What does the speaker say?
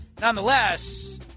nonetheless